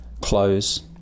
close